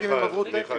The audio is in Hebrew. רק אם הם עברו תקן.